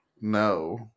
No